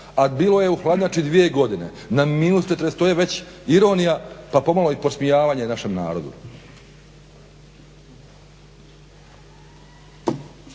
a bilo je u hladnjači dvije godine na -40 to je već ironija pa pomalo i podsmijavanje našem narodu.